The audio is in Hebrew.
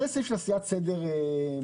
זה סעיף של עשיית סדר משפטי,